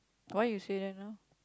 why you say that now